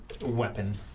weapon